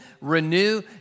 Renew